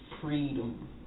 freedom